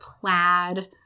plaid